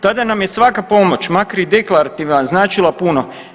Tada nam je svaka pomoć, makar i deklarativna, značila puno.